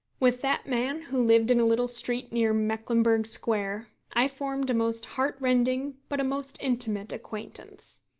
with that man, who lived in a little street near mecklenburgh square, i formed a most heart-rending but a most intimate acquaintance.